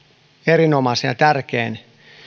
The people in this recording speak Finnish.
erinomaisin ja tärkein